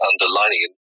underlining